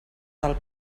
del